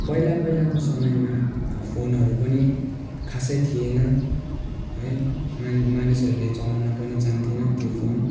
पहिला पहिलाको समयमा अब फोनहरू पनि खासै थिएन है मान मानिसहरूले चलाउन पनि जान्द थिएनन् त्यो फोन